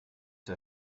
der